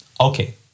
Okay